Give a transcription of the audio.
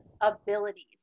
abilities